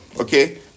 okay